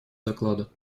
доклада